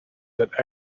that